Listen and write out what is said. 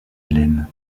hélène